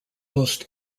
most